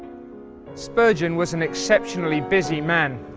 spurgeon was an exceptionally busy man,